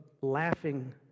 laughing